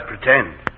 pretend